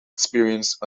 experienced